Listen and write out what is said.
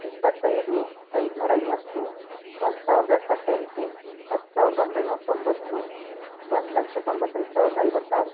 ಇಪ್ಪತ್ತೈದು ಐದುನೂರ ಐವತ್ತು ಒಂದು ಸಾವಿರದ ಎಪ್ಪತ್ತೆಂಟು ಹತ್ತು ಸಾವಿರದ ಒಂಬೈನೂರ ತೊಂಬತ್ತು ಒಂದು ಲಕ್ಷ ತೊಂಬತ್ತೈದು ಸಾವಿರದ ಐವತ್ತಾರು